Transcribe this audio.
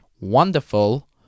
wonderful